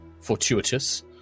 fortuitous